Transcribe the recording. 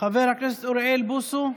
חבר הכנסת אוריאל בוסו,